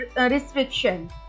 restriction